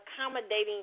accommodating